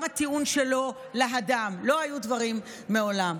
גם הטיעון שלו, להד"ם, לא היו דברים מעולם.